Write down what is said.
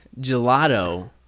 gelato